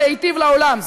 להיטיב עם העולם,